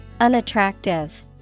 Unattractive